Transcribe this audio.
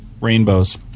rainbows